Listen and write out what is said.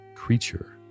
creature